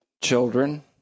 Children